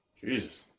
Jesus